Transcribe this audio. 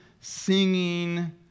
singing